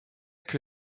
que